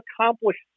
accomplished